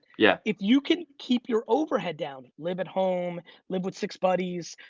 yeah, if you can keep your overhead down, live at home live with six buddies,